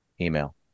Email